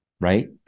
right